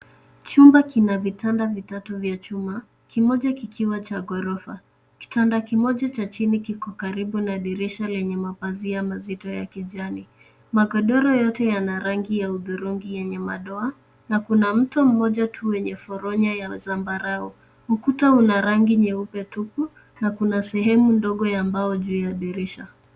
Chumba kina vitanda vitatu vya chuma, kimoja kikiwa cha ghorofa. Kitanda kimoja cha chini kiko karibu na dirisha lenye mapazia mazito ya kijani. Magodoro yote yana rangi ya hudhurungi yenye madoa na mto mmoja wenye poronya ya zambarau. Ukuta una rangi nyeupe tupu na kuna sehemu ndogo ya mbao juu ya dirisha.